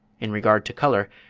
in regard to colour,